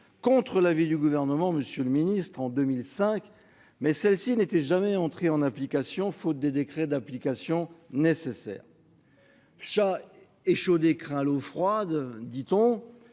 contre l'avis du Gouvernement, mais celle-ci n'était jamais entrée en application faute des décrets d'application nécessaires. Chat échaudé craint l'eau froide, dit-on